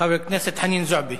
חברת הכנסת חנין זועבי.